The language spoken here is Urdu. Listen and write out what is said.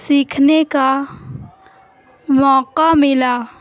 سیکھنے کا موقع ملا